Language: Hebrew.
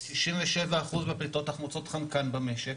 ו-97% מהפליטות תחמוצות חנקן במשק,